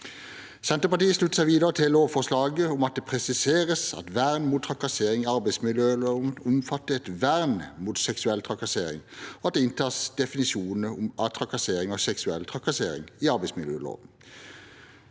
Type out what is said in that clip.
Senterpartiet slutter seg videre til lovforslaget om at det presiseres at vern mot trakassering i arbeidsmiljøloven omfatter et vern mot seksuell trakassering, og at det inntas definisjoner av trakassering og seksuell trakassering i arbeidsmiljøloven,